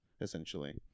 essentially